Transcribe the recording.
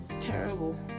terrible